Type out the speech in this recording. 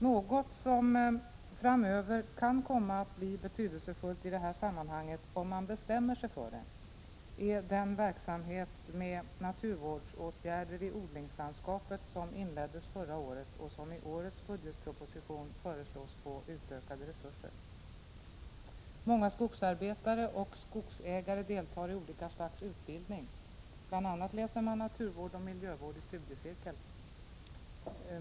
Något som framöver kan komma att bli betydelsefullt i det här sammanhanget — om man bestämmer sig för det — är den verksamhet med naturvårdsåtgärder i odlingslandskapet som inleddes förra året och som i årets budgetproposition föreslås få utökade resurser. Många skogsarbetare och skogsägare deltar i olika slags utbildning, bl.a. läser man naturvård och miljövård i studiecirkel.